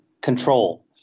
control